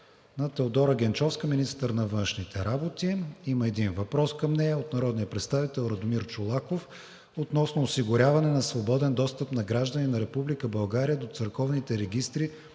на Теодора Генчовска – министър на външните работи. Има един въпрос към нея от народния представител Радомир Чолаков относно осигуряване на свободен достъп на граждани на Република България до църковните регистри